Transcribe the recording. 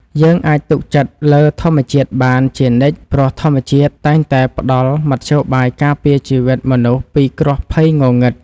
យើងអាចទុកចិត្តលើធម្មជាតិបានជានិច្ចព្រោះធម្មជាតិតែងតែផ្តល់មធ្យោបាយការពារជីវិតមនុស្សពីគ្រោះភ័យងងឹត។